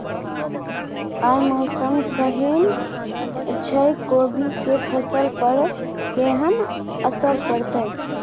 आय मौसम केहन छै कोबी के फसल पर केहन असर परतै?